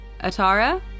Atara